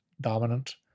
dominant